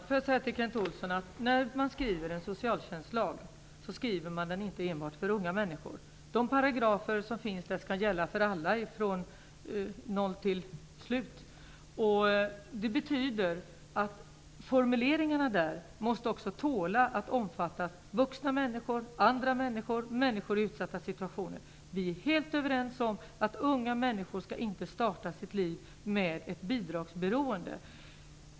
Fru talman! När man utformar en socialtjänstlag skriver man den inte enbart för unga människor, Kent Olsson. De paragrafer som finns där skall gälla för alla från födelsen till döden. Det betyder att formuleringarna i lagen måste tåla att omfatta vuxna människor, andra människor och människor i utsatta situationer. Vi är helt överens om att unga människor inte skall starta sitt liv med ett bidragsberoende.